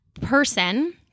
person